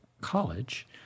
college